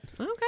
Okay